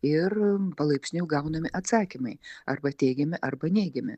ir palaipsniui gaunami atsakymai arba teigiami arba neigiami